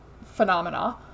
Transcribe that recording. phenomena